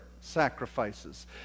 sacrifices